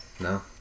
No